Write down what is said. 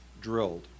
drilled